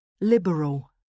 Liberal